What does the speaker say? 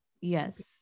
Yes